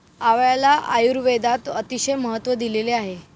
आवळ्याला आयुर्वेदात अतिशय महत्त्व दिलेले आहे